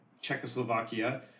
Czechoslovakia